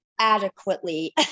adequately